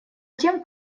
тем